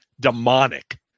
demonic